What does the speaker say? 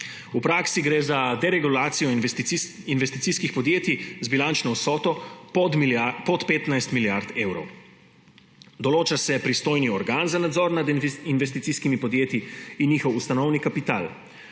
V praksi gre za deregulacijo investicijskih podjetij z bilančno vsoto pod 15 milijard evrov. Določa se pristojni organ za nadzor nad investicijskimi podjetji in njihov ustanovni kapital.